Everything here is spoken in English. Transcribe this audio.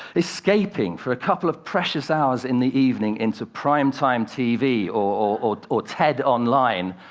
escaping for a couple of precious hours in the evening into prime-time tv or or ted online,